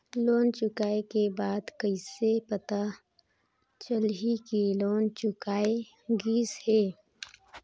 Loan चुकाय के बाद कइसे पता चलही कि लोन चुकाय गिस है?